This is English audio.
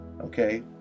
Okay